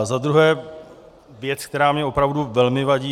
Za druhé věc, která mi opravdu velmi vadí.